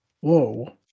whoa